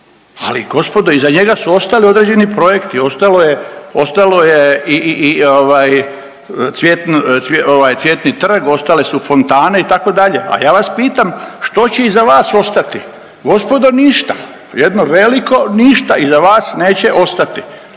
ali gospodo, iza njega su ostali određeni projekti, ostalo je, ostalo je i ovaj, cvjetno, ovaj, Cvjetni trg, ostale su fontane, itd., a ja vas pitam, što će iza vas ostati? Gospodo, ništa. Jedno veliko ništa iza vas neće ostati.